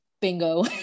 Bingo